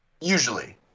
usually